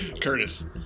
Curtis